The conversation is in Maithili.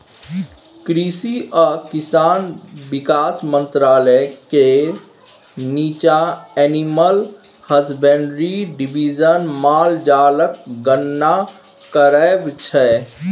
कृषि आ किसान बिकास मंत्रालय केर नीच्चाँ एनिमल हसबेंड्री डिबीजन माल जालक गणना कराबै छै